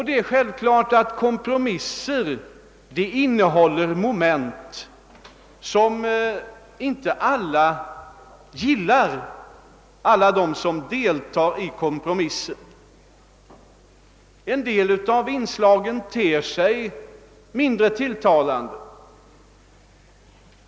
Det är självklart att en kompromiss innehåller moment som inte alla de som deltar i kompromissen är nöjda med. En del av inslagen ter sig mindre tilltalande.